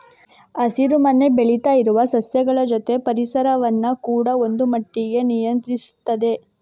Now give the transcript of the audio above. ಹಸಿರು ಮನೆ ಬೆಳೀತಾ ಇರುವ ಸಸ್ಯಗಳ ಜೊತೆ ಪರಿಸರವನ್ನ ಕೂಡಾ ಒಂದು ಮಟ್ಟಿಗೆ ನಿಯಂತ್ರಿಸ್ತದೆ